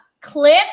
Clip